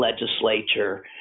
legislature